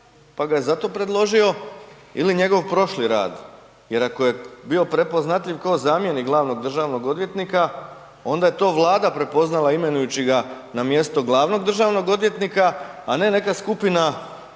pa ga je zato predložio ili njegov prošli rad. Jer ako je bio prepoznatljiv kao zamjenik glavnog državnog odvjetnika onda je to Vlada prepoznala imenujući ga na mjesto glavnog državnog odvjetnika, a ne neka skupina